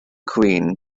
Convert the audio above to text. queen